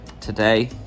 today